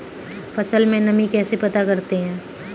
फसल में नमी कैसे पता करते हैं?